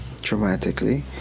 dramatically